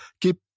Keep